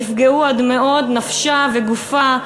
נפגעו עד מאוד, נפשה וגופה,